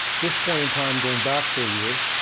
this point in time, going back for a year.